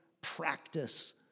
practice